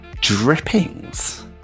drippings